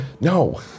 No